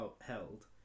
held